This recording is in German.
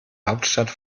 hauptstadt